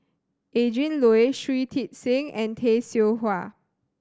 Adrin Loi Shui Tit Sing and Tay Seow Huah